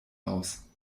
aus